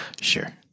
Sure